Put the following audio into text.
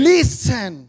Listen